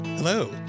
Hello